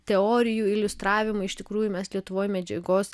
teorijų iliustravimui iš tikrųjų mes lietuvoj medžiagos